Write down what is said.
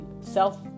self